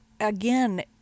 again